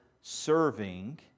serving